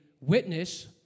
witness